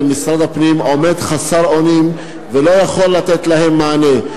ומשרד הפנים עומד חסר אונים ולא יכול לתת להם מענה.